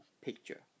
picture